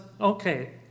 Okay